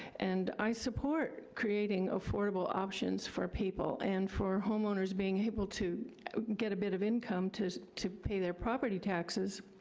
and i support creating affordable options for people and for homeowners being able to get a bit of income to to pay their property taxes.